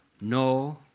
no